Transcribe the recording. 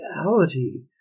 reality